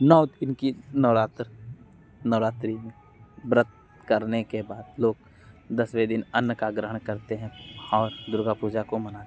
नव दिन की नवरात्र नवरात्रि व्रत करने के बाद लोग दसवे दिन अन्न का ग्रहण करते हैं और दुर्गा पूजा को मानते हैं